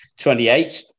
28